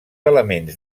elements